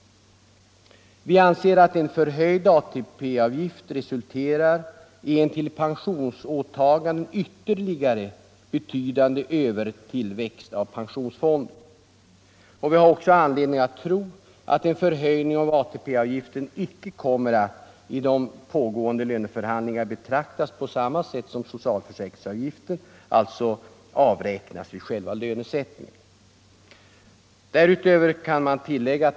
Vi anser att en höjning av ATP avgiften resulterar i en i förhållande till pensionsåtagandet ytterligare betydande övertillväxt av pensionsfonden. Vi har också anledning att tro att en förhöjning av ATP-avgiften i de pågående löneförhandlingarna icke kommer att på samma sätt som socialförsäkringsavgifterna avräknas vid själva lönesättningen.